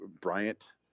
Bryant